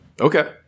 Okay